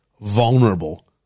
vulnerable